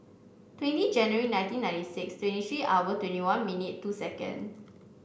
twenty January nineteen ninety six twenty three hour twenty one minute two second